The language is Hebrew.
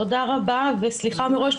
תודה רבה וסליחה מראש.